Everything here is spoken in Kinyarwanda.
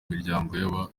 miryango